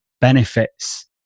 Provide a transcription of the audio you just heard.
benefits